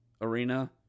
Arena